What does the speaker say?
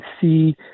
see